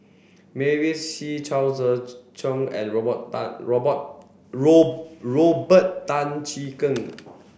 Mavis Hee Chao Tzee Cheng and Robert Tan Robert Robert Tan Jee Keng